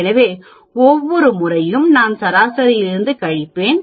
எனவே ஒவ்வொரு முறையும் நான் சராசரியிலிருந்து கழிப்பேன்